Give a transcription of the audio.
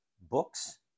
books